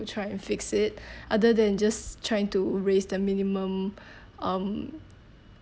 to try and fix it other than just trying to raise the minimum um